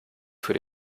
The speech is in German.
für